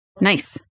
Nice